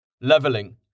leveling